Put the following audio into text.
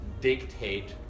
dictate